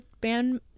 band